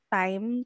time